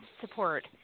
support